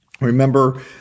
Remember